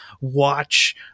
watch